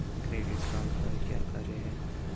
Credit card का क्या कार्य है?